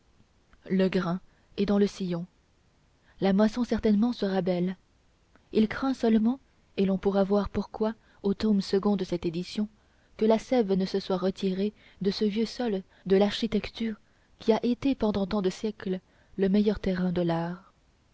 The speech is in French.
le grain est dans le sillon la moisson certainement sera belle il craint seulement et l'on pourra voir pourquoi au tome second de cette édition que la sève ne se soit retirée de ce vieux sol de l'architecture qui a été pendant tant de siècles le meilleur terrain de l'art